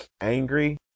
angry